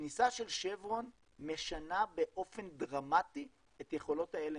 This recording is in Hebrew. הכניסה של שברון משנה באופן דרמטי את יכולות ה-LNG.